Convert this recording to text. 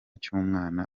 cy’umwana